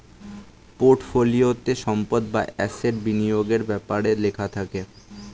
পোর্টফোলিওতে সম্পদ বা অ্যাসেট বিনিয়োগের ব্যাপারে লেখা থাকে